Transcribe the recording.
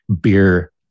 beer